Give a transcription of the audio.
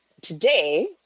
Today